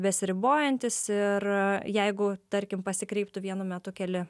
besiribojantys ir jeigu tarkim pasikreiptų vienu metu keli